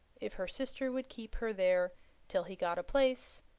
if her sister would keep her there till he got a place,